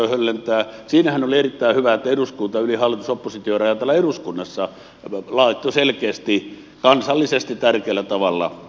siinähän oli erittäin hyvä että eduskunta yli hallitusoppositio rajan täällä eduskunnassa laittoi selkeästi kansallisesti tärkeällä tavalla hanttiin